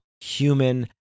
human